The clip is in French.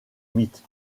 mythe